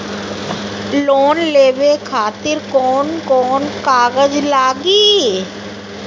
Loan लेवे खातिर कौन कौन कागज लागी?